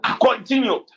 continued